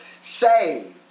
saved